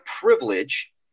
privilege